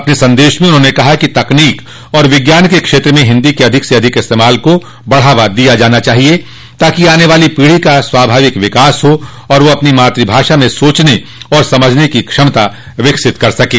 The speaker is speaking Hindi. अपने संदेश में उन्होंने कहा कि तकनीक और विज्ञान के क्षेत्र में हिन्दी के अधिक से अधिक इस्तेमाल को बढ़ावा दिया जाना चाहिए ताकि आने वाली पीढ़ी का स्वाभाविक विकास हो और वह अपनी मातृ भाषा में सोचने और समझने की क्षमता विकसित कर सकें